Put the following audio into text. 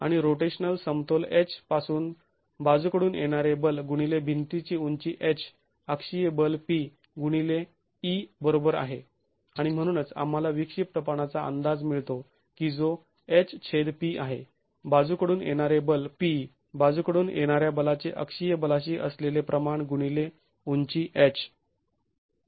आणि रोटेशनल समतोल h पासून बाजूकडून येणारे बल गुणिले भिंतीची उंची h अक्षीय बल P गुणिले e बरोबर आहे आणि म्हणूनच आम्हाला विक्षिप्तपणाचा अंदाज मिळतो की जो H छेद P आहे बाजूकडून येणारे बल P बाजूकडून येणाऱ्या बलाचे अक्षीय बलाशी असलेले प्रमाण गुणिले उंची h